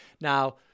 Now